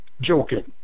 joking